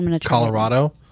Colorado